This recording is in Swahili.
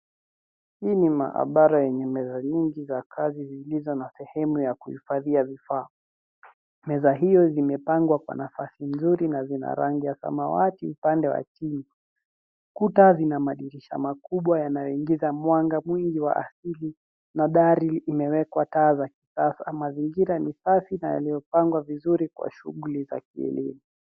Hii ni maabara yenye meza nyingi za kazi zilizo na sehemu ya kuhifadhia vifaa. Meza hiyo zimepangwa kwa nafasi nzuri na zina rangi ya samawati, upande wa chini. Kuta zina madirisha makubwa yanayoingiza mwanga mwingi wa asili na dari imewekwa taa za kisasa. Mazingira ni safi na yaliyopangwa vizuri kwa shughuli za kielimu.